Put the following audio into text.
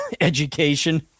education